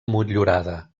motllurada